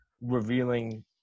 revealing